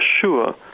sure